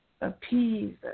appease